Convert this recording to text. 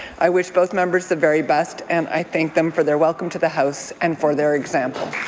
i wish both members the very best and i thank them for their welcome to the house and for their example.